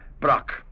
Brock